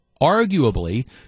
arguably